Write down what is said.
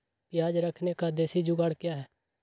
प्याज रखने का देसी जुगाड़ क्या है?